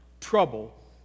trouble